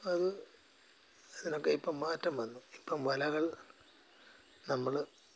അത് അതിനൊക്കെ ഇപ്പം മാറ്റം വന്നു ഇപ്പം വലകൾ നമ്മൾ